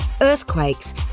earthquakes